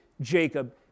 Jacob